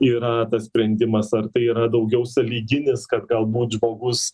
yra tas sprendimas ar tai yra daugiau sąlyginis kad galbūt žmogus